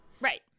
Right